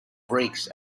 breaks